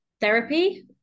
therapy